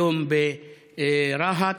היום ברהט,